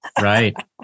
Right